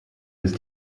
ist